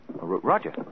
Roger